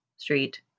Street